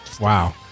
Wow